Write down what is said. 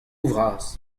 vras